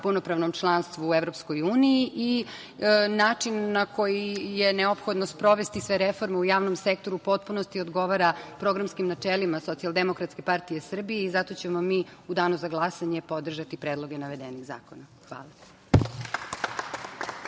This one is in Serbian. punopravnom članstvu u EU. Način na koji je neophodno sprovesti sve reforme u javnom sektoru u potpunosti odgovara programskim načelima Socijaldemokratske partije Srbije i zato ćemo mi u danu za glasanje podržati predloge navedenih zakona. Hvala.